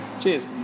Cheers